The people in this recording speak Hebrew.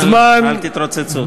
אל תתרוצצו.